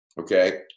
okay